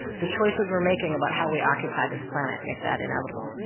the choices we're making about how we occupy this planet make that inevitable.